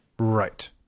Right